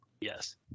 Yes